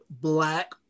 black